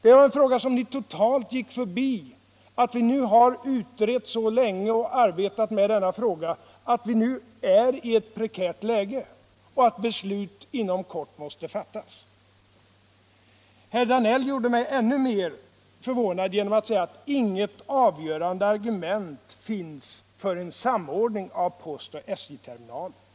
En sak som ni helt gick förbi är det faktum att vi nu utrett och arbetat med denna fråga så länge att vi nu tidsmässigt befinner oss i ett prekärt läge och att beslut inom kort måste fattas. Herr Danell gjorde mig ännu mer förvånad genom att säga att inget avgörande argument för en samordning av postoch SJ-terminaler finns.